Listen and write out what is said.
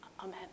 Amen